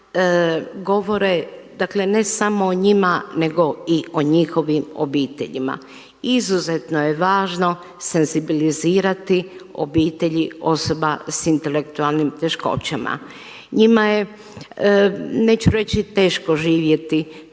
govore ne samo o njima nego i o njihovim obiteljima. Izuzetno je važno senzibilizirati obitelji osoba s intelektualnim teškoćama. Njima je neću reći teško živjeti,